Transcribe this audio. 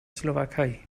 slowakei